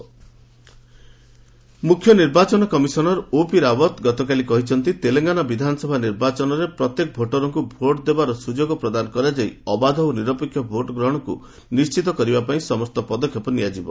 Hyderabad CEC ମୁଖ୍ୟ ନିର୍ବାଚନ commissioner OP Rawat ଗତକାଲି କହିଛନ୍ତି' ତେଲଙ୍ଗନା ବିଧାନସଭା ନିର୍ବାଚନରେ ପ୍ରତ୍ୟେକ ଭୋଟରଙ୍କୁ ଭୋଟ ଦେବାର ସୁଯୋଗ ପ୍ରଦାନ କରାଯାଇ ଅବାଧ ଓ ନିରପେକ୍ଷ ଭୋଟ ଗ୍ରହଣକୁ ନିଶ୍ଚିତ କରିବା ପାଇଁ ସମସ୍ତ ପଦକ୍ଷେପ ନିଆଯିବ